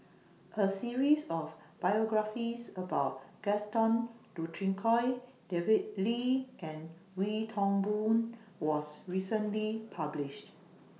A series of biographies about Gaston Dutronquoy David Lee and Wee Toon Boon was recently published